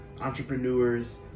entrepreneurs